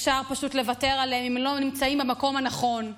אפשר פשוט לוותר עליהם אם לא נמצאים במקום הנכון.